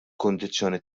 kundizzjoni